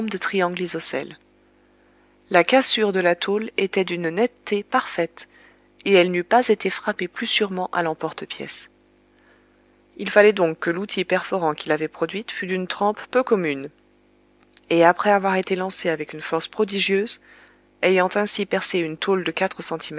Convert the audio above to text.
de triangle isocèle la cassure de la tôle était d'une netteté parfaite et elle n'eût pas été frappée plus sûrement à l'emporte-pièce il fallait donc que l'outil perforant qui l'avait produite fût d'une trempe peu commune et après avoir été lancé avec une force prodigieuse ayant ainsi perce une tôle de quatre centimètres